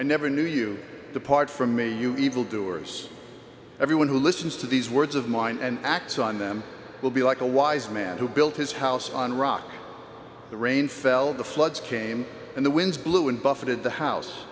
i never knew you depart from me you evil doers every one who listens to these words of mine and acts on them will be like a wise man who built his house on rock the rain fell the floods came and the winds blew and buffeted the house